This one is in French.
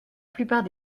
plupart